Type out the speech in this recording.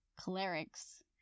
clerics